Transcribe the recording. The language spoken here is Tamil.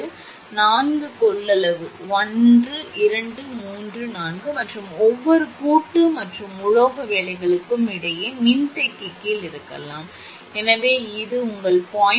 எனவே நான்கு கொள்ளளவு 1 2 3 4 சி சி சி மற்றும் ஒவ்வொரு கூட்டு மற்றும் உலோக வேலைகளுக்கும் இடையேயான மின்தேக்கி கீழ் இருக்கலாம் 10 எனவே இது உங்கள் 0